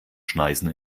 schneisen